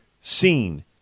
seen